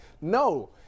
No